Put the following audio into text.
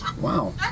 Wow